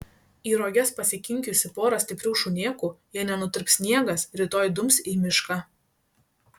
į roges pasikinkiusi porą stiprių šunėkų jei nenutirps sniegas rytoj dums į mišką